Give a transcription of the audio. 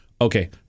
okay